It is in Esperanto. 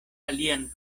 alian